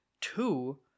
two